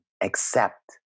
accept